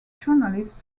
journalist